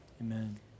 Amen